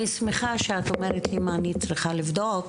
אני שמחה שאת אומרת לי מה אני צריכה לבדוק,